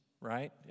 right